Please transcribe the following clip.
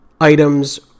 items